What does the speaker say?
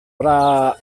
para